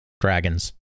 Dragons